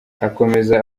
akomeza